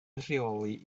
rheoli